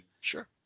Sure